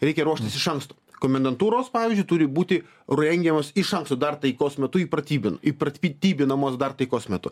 reikia ruoštis iš anksto komendantūros pavyzdžiui turi būti rengiamos iš anksto dar taikos metu įpratyb įpratybinamos dar taikos metu